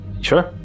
Sure